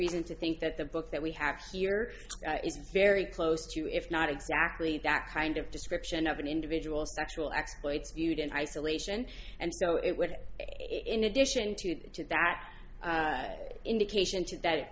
reason to think that the book that we have here is very close to if not exactly that kind of description of an individual sexual exploits viewed in isolation and so it would in addition to that indication to